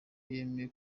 yemeye